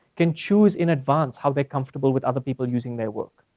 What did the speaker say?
can choose in advance how they're comfortable with other people using their work.